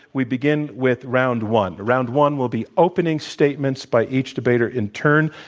we begin with round one. round one will be opening statements by each debater in turn.